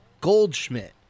Goldschmidt